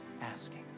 asking